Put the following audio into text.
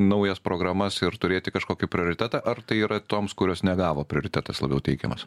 naujas programas ir turėti kažkokį prioritetą ar tai yra toms kurios negavo prioritetas labiau teikiamas